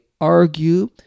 argue